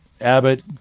Abbott